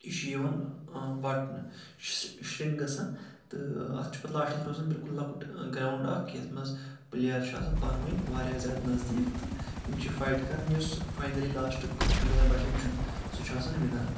یہِ چھُ یِوان وٹنہٕ یہِ چھُ شِرِنٛک گژھَان تہٕ اَتھ چھُ پَتہٕ لاسٹَس روزان بالکُل لۄکُٹ گرٛاوُنٛڈ اَکھ یَتھ منٛز پٕلیر چھُ آسَن پانہٕ ؤنۍ واریاہ زیادٕ نزدیٖک تہٕ تِم چھِ فایِٹ کَران یُس فایِنٔلی لاسٹُک پٕلیر بَچان چھُ سُہ چھُ آسان وِنَر